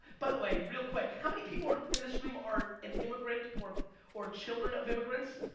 by the way real quick, how many people are in this room are an immigrant or or children of immigrants?